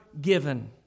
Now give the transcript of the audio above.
given